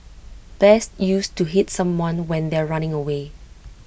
best used to hit someone when they are running away